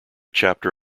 chapter